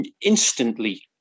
instantly